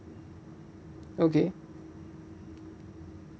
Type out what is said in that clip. okay